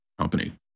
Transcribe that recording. company